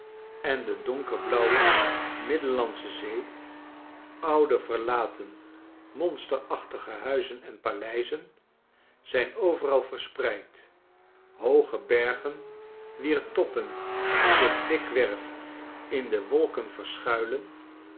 en de donkerblauwe middellandsche zee oude verlaten monsterachtige huizen en paleizen zijn overal verspreid hooge bergen wier toppen zich dikwerf in de wolken verschuilen